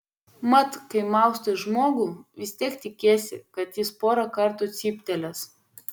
mat kai maustai žmogų vis tiek tikiesi kad jis porą kartų cyptelės